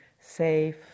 safe